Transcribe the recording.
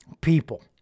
people